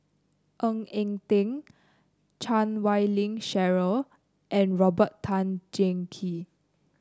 Ng Eng Teng Chan Wei Ling Cheryl and Robert Tan Jee Keng